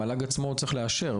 המל"ג עצמו צריך לאשר,